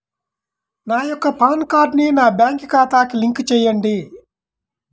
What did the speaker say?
నా యొక్క పాన్ కార్డ్ని నా బ్యాంక్ ఖాతాకి లింక్ చెయ్యండి?